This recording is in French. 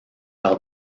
par